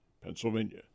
Pennsylvania